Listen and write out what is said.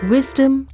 Wisdom